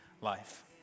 life